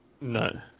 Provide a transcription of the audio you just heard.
No